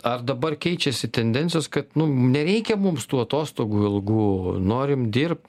ar dabar keičiasi tendencijos kad nu nereikia mums tų atostogų ilgų norim dirbt